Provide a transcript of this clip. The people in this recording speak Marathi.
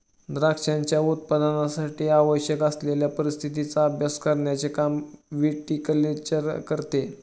द्राक्षांच्या उत्पादनासाठी आवश्यक असलेल्या परिस्थितीचा अभ्यास करण्याचे काम विटीकल्चर करते